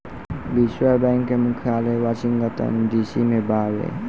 विश्व बैंक के मुख्यालय वॉशिंगटन डी.सी में बावे